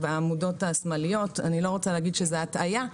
אני לא רוצה להגיד שזו הטעיה,